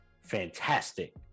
fantastic